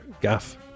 gaff